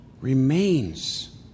remains